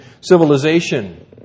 civilization